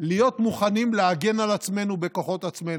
להיות מוכנים להגן על עצמנו בכוחות עצמנו.